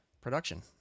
production